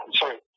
sorry